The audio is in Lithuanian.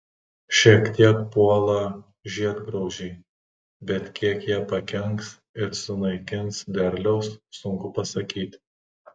šiek tiek puola žiedgraužiai bet kiek jie pakenks ir sunaikins derliaus sunku pasakyti